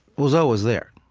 was always there.